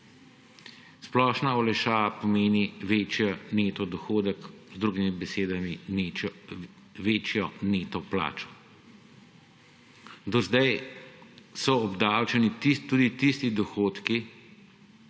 Splošna olajšava pomeni večji neto dohodek, z drugimi besedami, večjo neto plačo. Do sedaj so obdavčeni tudi tisti dohodki,